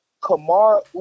Kamar